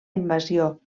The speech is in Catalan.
invasió